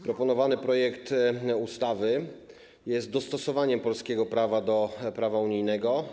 Proponowany projekt ustawy jest dostosowaniem polskiego prawa do prawa unijnego.